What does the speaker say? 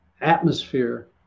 atmosphere